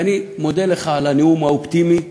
ואני מודה לך על הנאום האופטימי.